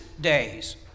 days